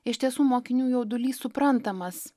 iš tiesų mokinių jaudulys suprantamas